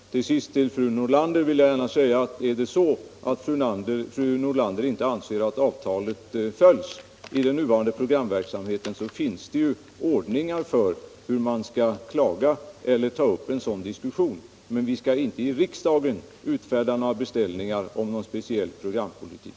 Slutligen vill jag till fru Nordlander gärna säga, att är det så att fru Nordlander inte anser att avtalet följs i den nuvarande programverksamheten, så finns det ju ordningar för hur man skall klaga och för hur en sådan diskussion skall tas upp. Men vi skall inte i riksdagen utfärda beställningar om någon speciell programpolitik.